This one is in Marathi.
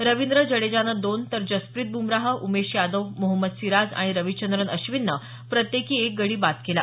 रविंद्र जडेजानं दोन तर जसप्रित ब्मराह उमेश यादव मोहम्मद सिराज आणि रविचंद्रन अश्विननं प्रत्येकी एक गडी बाद केला